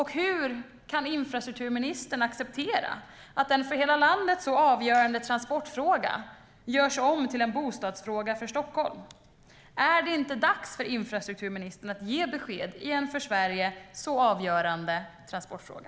Hur kan infrastrukturministern acceptera att en för hela landet avgörande transportfråga görs om till en bostadsfråga för Stockholm? Är det inte dags för infrastrukturministern att ge besked i en för Sverige avgörande transportfråga?